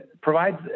provides